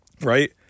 Right